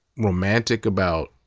romantic about,